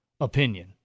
opinion